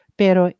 pero